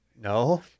No